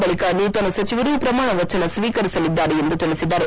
ಬಳಿಕ ನೂತನ ಸಚಿವರು ಪ್ರಮಾಣ ವಚನ ಸ್ನೀಕರಿಸಲಿದ್ಲಾರೆ ಎಂದು ತಿಳಿಸಿದರು